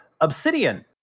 Obsidian